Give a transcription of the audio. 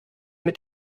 mit